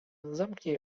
zamknij